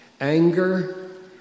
anger